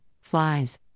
flies